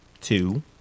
Two